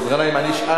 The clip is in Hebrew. אני אשאל את,